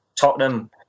Tottenham